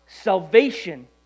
salvation